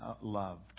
loved